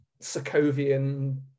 Sokovian